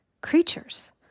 creatures